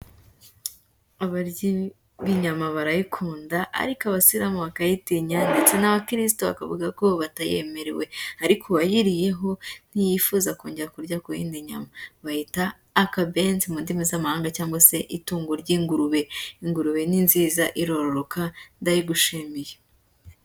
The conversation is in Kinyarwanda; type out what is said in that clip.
Abaryi b'inyama barayikunda ariko abasiramu bakayitinya ndetse n'abakirisitu bakavuga ko batayemerewe, ariko uwayiriyeho ntiyifuza kongera kurya ku yindi nyama, bayihita akabenzi mu ndimi z'amahanga cyangwa se itungo ry'ingurube, ingurube ni nziza, irororoka ndayigushimiye.